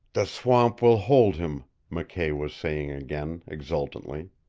the swamp will hold him! mckay was saying again, exultantly.